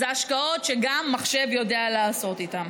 אלה השקעות שגם מחשב יודע לעשות אותן.